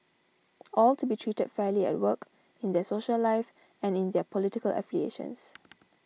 all to be treated fairly at work in their social life and in their political affiliations